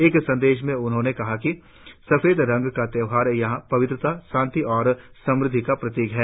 एक संदेश में उन्होंने कहा कि सफेद रंग का त्योहार यहां पवित्रता शांति और समृद्धि का प्रतीक है